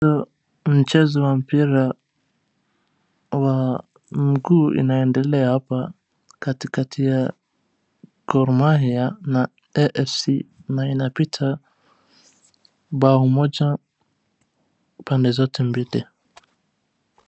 Mchezo wa mpira wa mguu unaeandelea hapa kati ya Gor Mahia na AFC na inapita bao moja pande zote mbili.